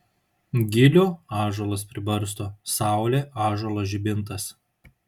gilių ąžuolas pribarsto saulė ąžuolo žibintas